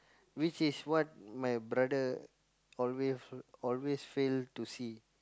which is what my brother always always fail to see